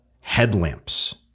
headlamps